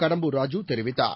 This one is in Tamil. கடம்பூர் ராஜூ தெரிவித்தார்